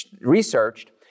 researched